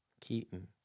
Keaton